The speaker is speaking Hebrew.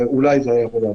אולי זה היה יכול לעבוד.